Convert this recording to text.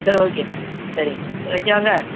சரி ஓகேங்க சரிங்க சரி வைக்கவாங்க